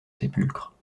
sépulcre